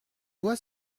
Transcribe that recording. loi